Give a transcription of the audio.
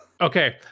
okay